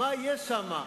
מה יהיה שם,